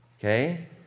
okay